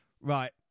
Right